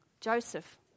Joseph